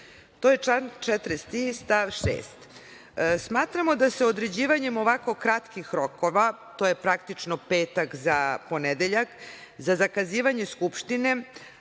To je član 43. stav 6.Smatramo da se određivanjem ovako kratkih rokova, to je praktično petak za ponedeljak za zakazivanje Skupštine,